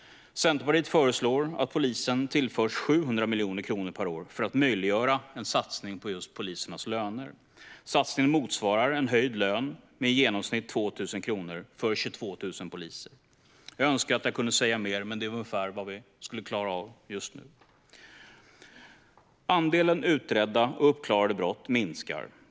Centerpartiet föreslår att Polismyndigheten tillförs 700 miljoner kronor per år för att möjliggöra en satsning just på polisernas löner. Satsningen motsvarar höjd lön med i genomsnitt 2 000 kronor i månaden för 22 000 poliser. Jag önskar att det var mer, men det är ungefär vad vi skulle klara av just nu. Andelen utredda och uppklarade brott minskar.